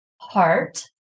heart